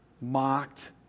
mocked